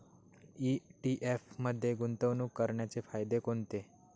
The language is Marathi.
ई.टी.एफ मध्ये गुंतवणूक करण्याचे फायदे कोणते?